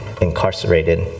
incarcerated